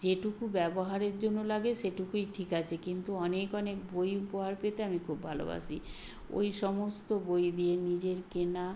যেটুকু ব্যবহারের জন্য লাগে সেটুকুই ঠিক আছে কিন্তু অনেক অনেক বই উপহার পেতে আমি খুব ভালোবাসি ওই সমস্ত বই দিয়ে নিজের কেনা